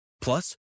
Plus